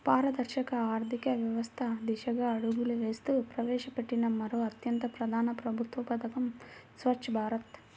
పారదర్శక ఆర్థిక వ్యవస్థ దిశగా అడుగులు వేస్తూ ప్రవేశపెట్టిన మరో అత్యంత ప్రధాన ప్రభుత్వ పథకం స్వఛ్చ భారత్